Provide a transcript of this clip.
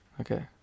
Okay